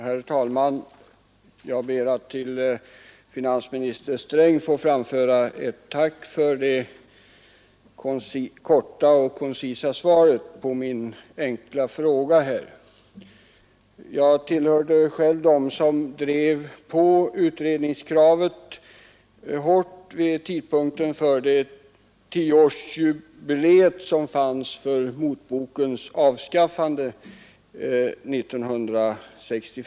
Herr talman! Jag ber att till finansminister Sträng få framföra ett tack för det korta och koncisa svaret på min enkla fråga. Jag tillhörde dem som hårt drev på utredningskravet vid tidpunkten för tioårsjubileet av motbokens avskaffande 1965.